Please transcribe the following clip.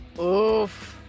Oof